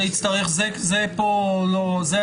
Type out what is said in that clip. על זה דיברנו.